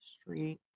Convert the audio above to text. Street